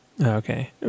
Okay